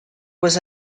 was